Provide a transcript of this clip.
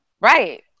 Right